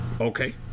Okay